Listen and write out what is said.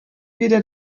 wieder